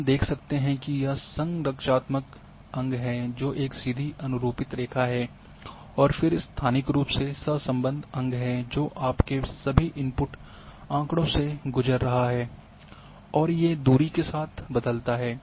हम देख सकते हैं कि यह संरचनात्मक अंग है जो एक सीधी अनुरूपित रेखा है और फिर स्थानिक रूप से सह संबद्ध अंग है जो आपके सभी इनपुट आँकड़ों से गुज़र रहा है और ये दूरी के साथ बदलता है